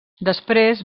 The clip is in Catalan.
després